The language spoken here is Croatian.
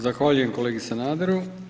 Zahvaljujem kolegi Sanaderu.